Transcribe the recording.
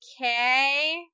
okay